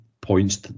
points